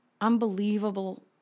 unbelievable